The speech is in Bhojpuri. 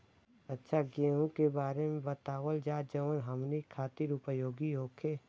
अच्छा गेहूँ के बारे में बतावल जाजवन हमनी ख़ातिर उपयोगी होखे?